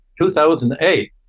2008